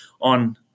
on